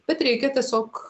bet reikia tiesiog